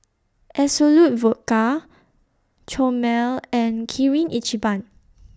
Absolut Vodka Chomel and Kirin Ichiban